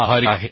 आभारी आहे